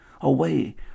away